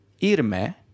irme